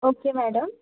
okay madam